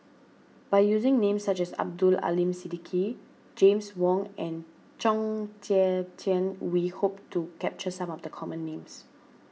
by using names such as Abdul Aleem Siddique James Wong and Chong Tze Chien we hope to capture some of the common names